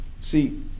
See